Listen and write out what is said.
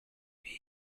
week